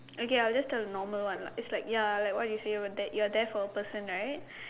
okay I'll just tell normal one lah it's like ya like what you say we're there you're there for a person right